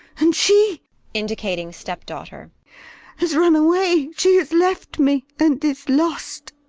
and she indicating step-daughter has run away, she has left me, and is lost.